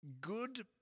good